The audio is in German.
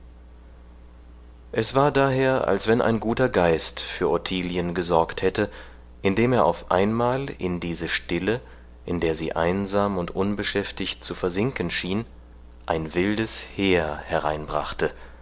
es war daher als wenn ein guter geist für ottilien gesorgt hätte indem er auf einmal in diese stille in der sie einsam und unbeschäftigt zu versinken schien ein wildes heer